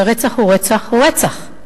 רצח הוא רצח הוא רצח.